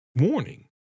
Warning